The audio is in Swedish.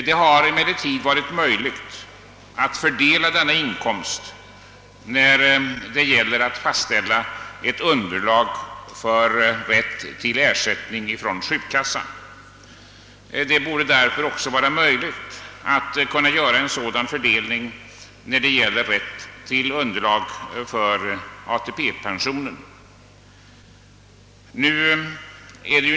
Det har emellertid varit möjligt att fördela denna inkomst när det gäller att fastställa ett underlag för rätt till ersättning från sjukkassan. Därför borde det också gå att göra en sådan fördelning beträffande rätt till underlag för ATP-pension.